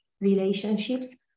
relationships